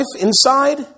inside